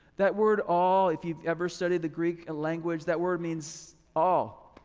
that word all if you've ever studied the greek and language, that word means all.